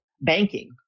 banking